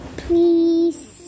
please